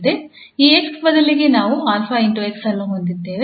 ಈಗ 𝑥 ಬದಲಿಗೆ ನಾವು 𝑎𝑥 ಅನ್ನು ಹೊಂದಿದ್ದೇವೆ